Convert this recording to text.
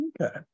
Okay